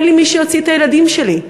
אין לי מי שיוציא את הילדים שלי.